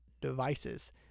devices